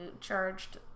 charged